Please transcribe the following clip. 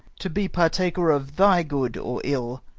to be partaker of thy good or ill,